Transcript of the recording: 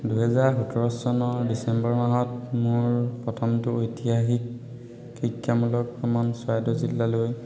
দুহেজাৰ সোতৰ চনৰ ডিচেম্বৰ মাহত মোৰ প্ৰথমটো ঐতিহাসিক শিক্ষামূলক ভ্ৰমণ চৰাইদেউ জিলালৈ